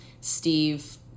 Steve